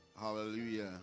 Hallelujah